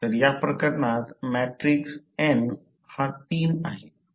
तर या प्रकरणात मॅट्रिक्स n हा 3 आहे